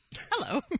hello